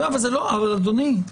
אבל אדוני,